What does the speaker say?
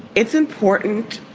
it's important